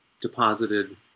deposited